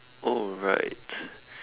oh right